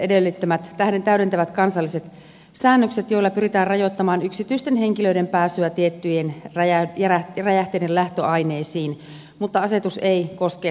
edellyttämät täydentävät kansalliset säännökset joilla pyritään rajoittamaan yksityisten henkilöiden pääsyä tiettyjen räjähteiden lähtöaineisiin mutta asetus ei koske ammattikäyttöä